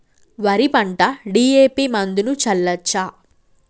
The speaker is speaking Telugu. వరి పంట డి.ఎ.పి మందును చల్లచ్చా?